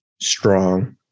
strong